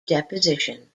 deposition